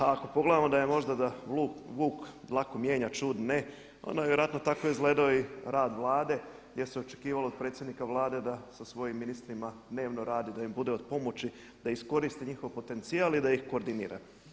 A ako pogledamo da možda vuk dlaku mijenja a ćud ne onda je vjerojatno tako izgledao i rad Vlade gdje se očekivalo od predsjednika Vlade da sa svojim ministrima dnevno radi, da im bude od pomoći, da iskoristi njihov potencijal i da ih koordinira.